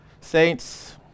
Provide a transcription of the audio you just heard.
Saints